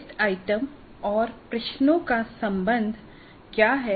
test item और प्रश्नों का संबंध क्या है